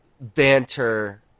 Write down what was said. banter